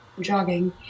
jogging